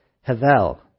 havel